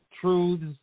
truths